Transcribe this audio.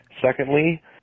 secondly